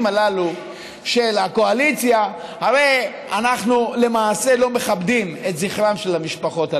הללו של הקואליציה הרי אנחנו למעשה לא מכבדים את זכרן של המשפחות הללו,